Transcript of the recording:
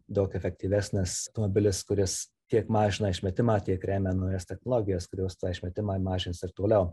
daug efektyvesnis automobilis kuris tiek mažina išmetimą tiek remia naujas technologijas kurios tą išmetimą mažins ir toliau